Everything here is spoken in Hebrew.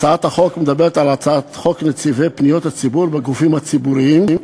הצעת חוק נציבי פניות הציבור בגופים הציבוריים,